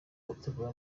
gutegura